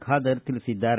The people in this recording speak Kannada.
ಖಾದರ್ ತಿಳಿಸಿದ್ದಾರೆ